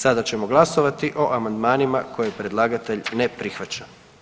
Sada ćemo glasovati o amandmanima koje predlagatelj ne prihvaća.